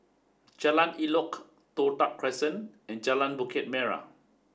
Jalan Elok Toh Tuck Crescent and Jalan Bukit Merah